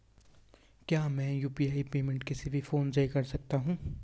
क्या मैं UPI payment किसी भी फोन से कर सकता हूँ?